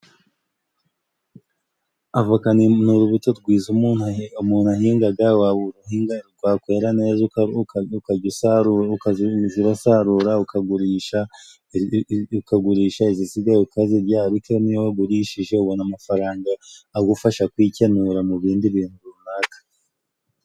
Avoka ni ni urubuto rwiza umuntu umuntu ahingaga waruhinga rwakwera neza uka ukaja usaru urasarura ukagurisha ukagurisha ,izisigaye ukazirya ariko niyo wagurishije ubona amafaranga agufasha kwikenura mu bindi bintu runaka.